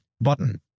button